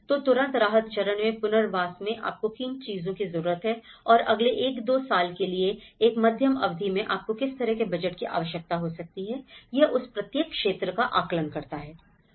तो तुरंत राहत चरण में पुनर्वास में आपको किन चीजों की जरूरत है और अगले 1 2 साल के लिए एक मध्यम अवधि में आपको किस तरह के बजट की आवश्यकता हो सकती है यह उस प्रत्येक क्षेत्र का आकलन करता है